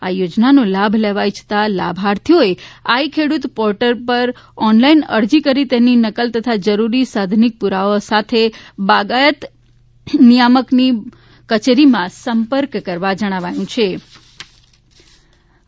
આ યોજનાનો લાભ લેવા ઇચ્છતા લાભાર્થીઓએ આઇ ખેડુત પોર્ટલ પર ઓનલાઇન અરજી કરી તેની નકલ તથા જરૂરી સાધનીક પુરાવાઓ સાથે બાગાયત નિયામકશ્રીબહ્માળી ભવન સંપર્ક કરવા જણાવાયુ છિં